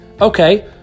Okay